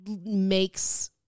makes